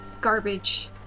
garbage